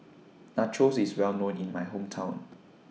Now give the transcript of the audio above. Nachos IS Well known in My Hometown